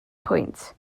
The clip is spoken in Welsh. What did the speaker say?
pwynt